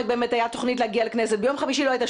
אבל בסופו של דבר,